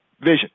vision